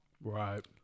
Right